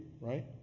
right